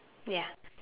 ya